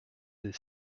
des